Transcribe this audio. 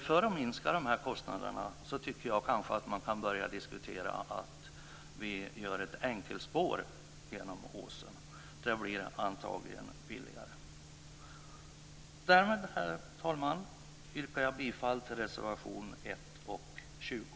För att minska de här kostnaderna tycker jag kanske att man kan börja diskutera att göra ett enkelspår genom åsen. Det blir antagligen billigare. Därmed yrkar jag bifall till reservation 1 och 20.